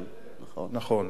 נכון.